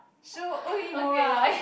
Shu Uemura